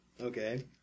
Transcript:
Okay